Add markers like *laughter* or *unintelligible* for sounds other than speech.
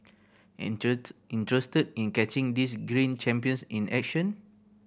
*unintelligible* interested in catching these green champions in action